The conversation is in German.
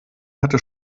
hatte